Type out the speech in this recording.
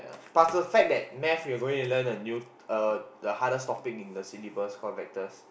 plus the fact that math we're going to learn a new uh the hardest topic in the syllabus call Vectors